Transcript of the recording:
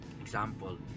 example